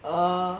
orh